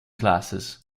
classes